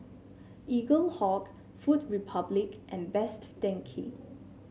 Eaglehawk Food Republic and Best Denki